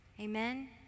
Amen